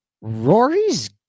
Rory's